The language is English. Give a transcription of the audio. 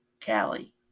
Callie